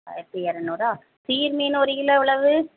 ஆயிரத்தி இரநூறா சீல் மீனு ஒரு கிலோ எவ்வளவு